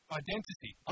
identity